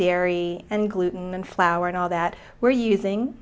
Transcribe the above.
dairy and gluten and flour and all that we're using